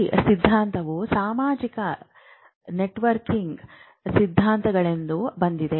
ಈ ಸಿದ್ಧಾಂತವು ಸಾಮಾಜಿಕ ನೆಟ್ವರ್ಕಿಂಗ್ ಸಿದ್ಧಾಂತಗಳಿಂದ ಬಂದಿದೆ